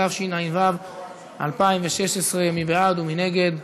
התשע"ו 2016. מי בעד ומי נגד?